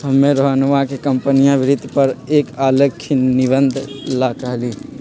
हम्मे रोहनवा के कंपनीया वित्त पर एक आलेख निबंध ला कहली